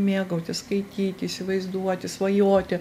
mėgautis skaityti įsivaizduoti svajoti